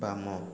ବାମ